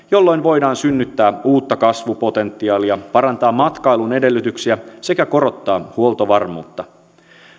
jolloin voidaan synnyttää uutta kasvupotentiaalia parantaa matkailun edellytyksiä sekä korottaa huoltovarmuutta